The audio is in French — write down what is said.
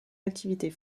activités